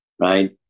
right